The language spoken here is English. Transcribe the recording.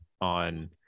on